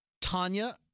Tanya